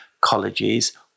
colleges